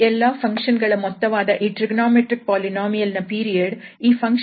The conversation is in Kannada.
ಈ ಎಲ್ಲಾ ಫಂಕ್ಷನ್ ಗಳ ಮೊತ್ತವಾದ ಈ ಟ್ರಿಗೊನೋಮೆಟ್ರಿಕ್ ಪೋಲಿನೋಮಿಯಲ್ ನ ಪೀರಿಯಡ್ ಈ ಫಂಕ್ಷನ್ ಗಳ ಸಾಮಾನ್ಯ ಪೀರಿಯಡ್ 2𝑙 ಆಗಿದೆ